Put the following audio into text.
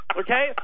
okay